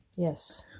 Yes